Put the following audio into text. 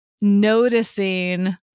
noticing